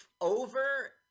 over